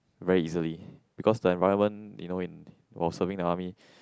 very easily because the environment you know in while serving the army